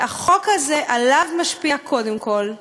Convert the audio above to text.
שהחוק הזה משפיע קודם כול עליו,